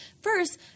first